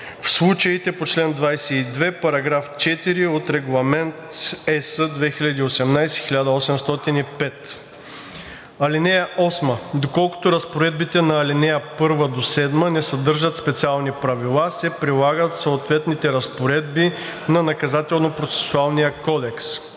в случаите по чл. 22, параграф 4 от Регламент (ЕС) 2018/1805. (8) Доколкото разпоредбите на ал. 1 – 7 не съдържат специални правила, се прилагат съответните разпоредби на